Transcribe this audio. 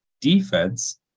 defense